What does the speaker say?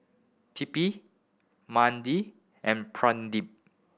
Tipu Mahade and Pradip